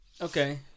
okay